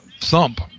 thump